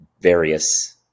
various